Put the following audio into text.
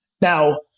Now